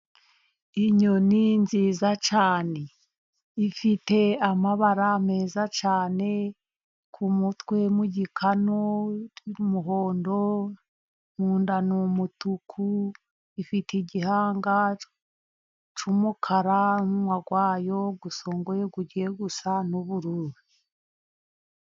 Inyoni nziza cyane ifite amabara meza cyane ku mutwe, mu gikanu umuhondo mu nda ni umutuku. Ifite igihanga cy'umukara, umunwa wayo usongoye ugiye gusa n'ubururu.